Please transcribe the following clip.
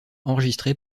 enregistré